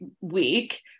week